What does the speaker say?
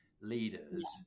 leaders